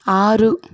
ఆరు